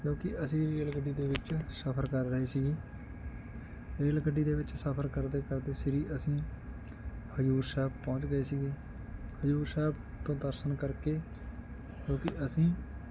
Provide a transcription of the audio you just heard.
ਕਿਉਂਕਿ ਅਸੀਂ ਰੇਲ ਗੱਡੀ ਦੇ ਵਿੱਚ ਸਫਰ ਕਰ ਰਹੇ ਸੀ ਰੇਲ ਗੱਡੀ ਦੇ ਵਿੱਚ ਸਫਰ ਕਰਦੇ ਕਰਦੇ ਸ਼੍ਰੀ ਅਸੀਂ ਹਜੂਰ ਸਾਹਿਬ ਪਹੁੰਚ ਗਏ ਸੀਗੇ ਹਜੂਰ ਸਾਹਿਬ ਤੋਂ ਦਰਸ਼ਨ ਕਰਕੇ ਜੋ ਕਿ ਅਸੀਂ